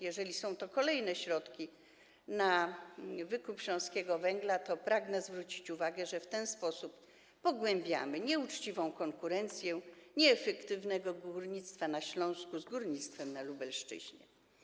Jeżeli są to kolejne środki na wykup śląskiego węgla, to pragnę zwrócić uwagę, że w ten sposób pogłębiamy nieuczciwą konkurencję nieefektywnego górnictwa na Śląsku z górnictwem na Lubelszczyźnie.